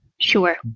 Sure